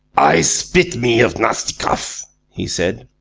i spit me of nastikoff! he said.